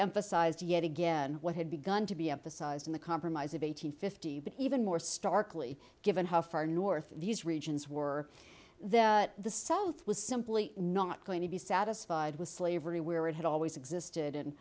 emphasized yet again what had begun to be emphasized in the compromise of eight hundred fifty but even more starkly given how far north these regions were that the south was simply not going to be satisfied with slavery where it had always existed